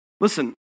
Listen